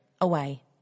away